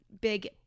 big